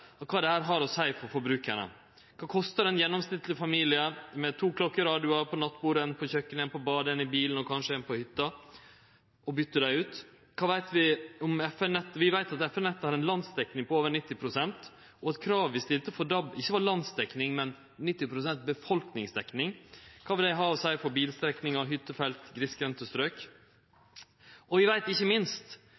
av kva dette har å seie for forbrukarane. Kva kostar det ein gjennomsnittleg familie med to klokkeradioar på nattbordet, ein på kjøkenet, ein på badet, ein i bilen og kanskje ein på hytta å byte dei ut? Vi veit at FM-nettet har ei landsdekning på over 90 pst., og at kravet vi stilte for DAB, ikkje var landsdekning, men 90 pst. befolkningsdekning. Kva vil det ha å seie for bilstrekningar, hyttefelt